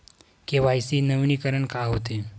KYC नवीनीकरण का होथे?